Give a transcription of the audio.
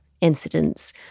incidents